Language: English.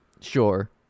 Sure